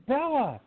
Bella